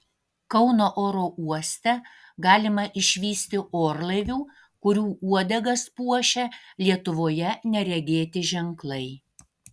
kauno oro uoste galima išvysti orlaivių kurių uodegas puošia lietuvoje neregėti ženklai